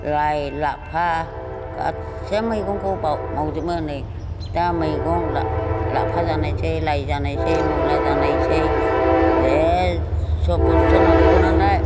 लाइ लाफा गासिन मैगंखौ मावजोबो नै दा मैगं लाफा जानायसै लाइ जानायसै मुला जानायसै जे सब बुस्थु नांखागौनालाय